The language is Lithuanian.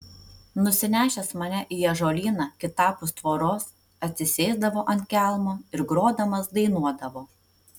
nusinešęs mane į ąžuolyną kitapus tvoros atsisėsdavo ant kelmo ir grodamas dainuodavo